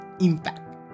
impact